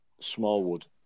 Smallwood